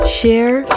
share